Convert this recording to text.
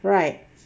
right